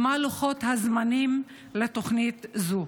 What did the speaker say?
2. מה לוחות הזמנים לתוכנית זו?